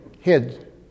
hid